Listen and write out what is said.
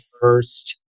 first